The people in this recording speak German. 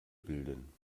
bilden